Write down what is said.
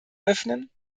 öffnen